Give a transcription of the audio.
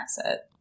asset